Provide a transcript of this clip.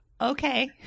okay